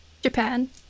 Japan